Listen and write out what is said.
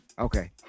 Okay